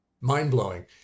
mind-blowing